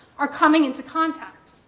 are coming into contact.